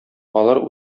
алар